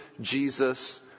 Jesus